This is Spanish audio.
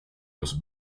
los